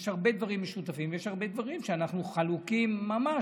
יש הרבה דברים משותפים ויש הרבה דברים שבהם אנחנו חלוקים ממש,